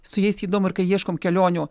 su jais įdomu ir kai ieškom kelionių